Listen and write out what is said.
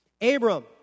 Abram